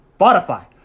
Spotify